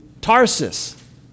Tarsus